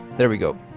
there we go.